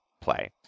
play